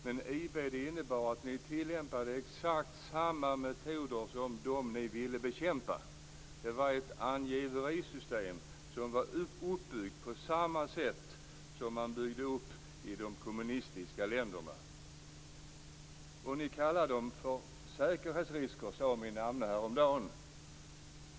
Men IB innebar att ni tillämpade exakt samma metoder som de ni ville bekämpa. Det var ett angiverisystem som var uppbyggt på samma sätt som man byggde upp dem i de kommunistiska länderna. Ni kallar dem "säkerhetsrisker". Så sade min namne häromdagen.